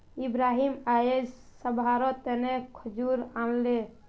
इब्राहिम अयेज सभारो तने खजूर आनले